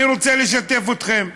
אני רוצה לשתף אתכם.